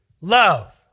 love